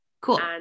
cool